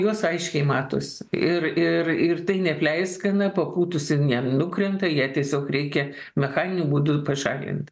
jos aiškiai matos ir ir ir tai ne pleiskana papūtusi nenukrenta ją tiesiog reikia mechaniniu būdu pašalint